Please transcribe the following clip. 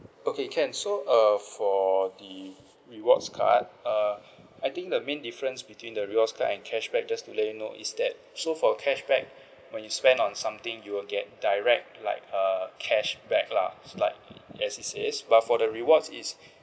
okay can so uh for the rewards card uh I think the main difference between the rewards card and cashback just to let you know is that so for cashback when you spend on something you will get direct like uh cashback lah like as it is but for the rewards is